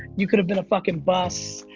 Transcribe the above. you could have been a fucking bus.